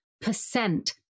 percent